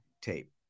tape